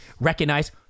recognize